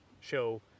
show